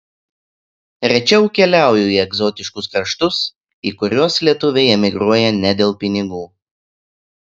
rečiau keliauju į egzotiškus kraštus į kuriuos lietuviai emigruoja ne dėl pinigų